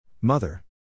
Mother